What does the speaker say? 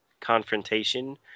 confrontation